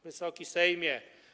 Wysoki Sejmie!